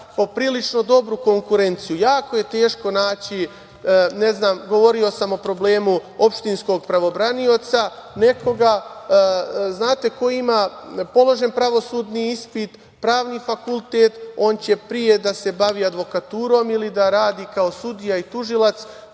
poprilično dobru konkurenciju. Jako je teško naći, ne znam, govorio sam o problemu opštinskog pravobranioca nekoga. Znate ko ima položen pravosudni ispit, Pravni fakultet, on će pre da se bavi advokaturom ili da radi kao sudija ili tužilac,